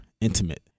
intimate